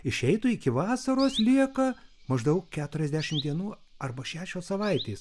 išeitų iki vasaros lieka maždaug keturiasdešimt dienų arba šešios savaitės